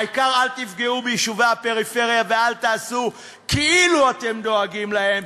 העיקר אל תפגעו ביישובי הפריפריה ואל תעשו כאילו אתם דואגים להם,